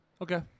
Okay